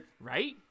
Right